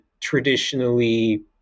traditionally